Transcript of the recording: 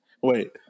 wait